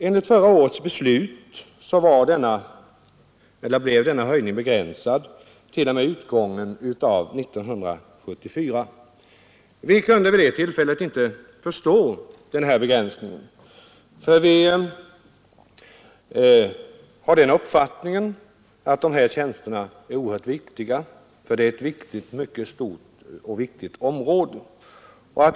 Enligt förra årets beslut blev denna höjning begränsad t.o.m. utgången av 1974. Vi kunde vid det tillfället inte förstå denna begränsning, för vi hade den uppfattningen att dessa tjänster är oerhört viktiga, eftersom det gäller ett stort och betydelsefullt område.